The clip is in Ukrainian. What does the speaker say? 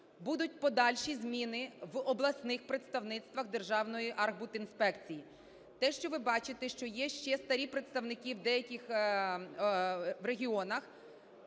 Будуть подальші зміни в обласних представництвах Державної архбудінспеції. Те, що ви бачите, що є ще старі представники в деяких регіонах,